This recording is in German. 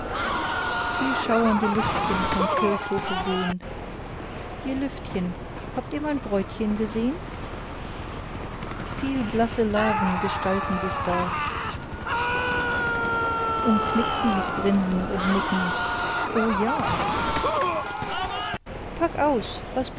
viel schauernde lüftchen vom kirchhofe wehn ihr lüftchen habt ihr mein bräutchen gesehn viel blasse larven gestalten sich da umknicksen mich grinsend und nicken o ja pack aus was